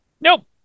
Nope